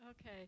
Okay